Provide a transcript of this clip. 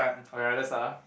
alright let's start ah